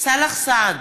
סאלח סעד,